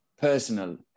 personal